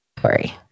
Sorry